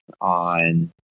on